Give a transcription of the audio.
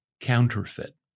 Counterfeit